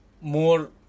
more